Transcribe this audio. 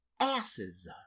asses